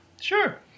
Sure